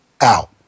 out